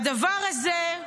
"הדבר הזה"